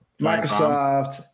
Microsoft